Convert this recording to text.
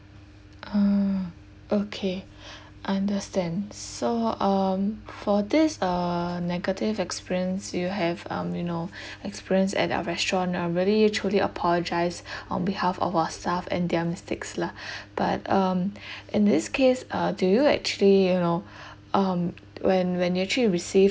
ah okay understand so um for this uh negative experience you have um you know experienced at our restaurant I'm really truly apologise on behalf of our staff and their mistakes lah but um in this case uh do you actually you know um when when you actually receive